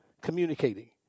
communicating